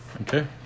Okay